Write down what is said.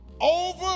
over